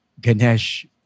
Ganesh